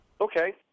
Okay